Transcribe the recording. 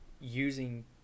using